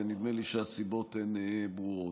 ונדמה לי שהסיבות ברורות.